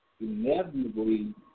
inevitably